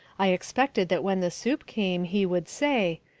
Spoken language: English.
i expected that when the soup came he would say,